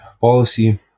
policy